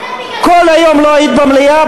כל היום לא היית במליאה.